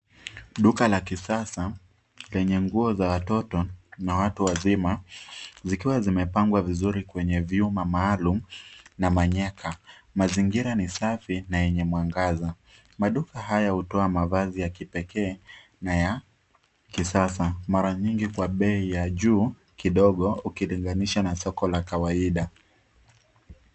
Duka la kisasa lenye nguo za watoto na watu wazima zikiwa zimepangwa vizuri kwenye vyuma maalum na manyaka, mazingira ni safi na yenye mwangaza. Maduka haya hutoa mavazi ya kipekee na ya kisasa, mara nyingi kwa bei ya juu kidogo ukilinganisha na soko la kawaida.